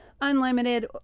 unlimited